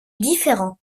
différents